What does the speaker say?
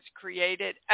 created